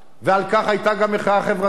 ועל כך היתה גם מחאה חברתית.